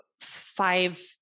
five